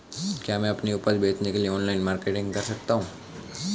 क्या मैं अपनी उपज बेचने के लिए ऑनलाइन मार्केटिंग कर सकता हूँ?